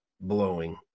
blowing